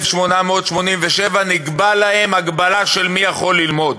ב-1887 נקבעה להם הגבלה של מי יכול ללמוד: